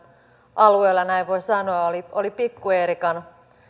alueella näin voi sanoa oli oli pikku eerikan